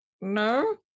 no